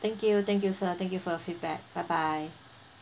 thank you thank you sir thank you for your feedback bye bye